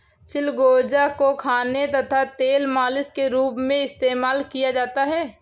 चिलगोजा को खाने तथा तेल मालिश के रूप में इस्तेमाल किया जाता है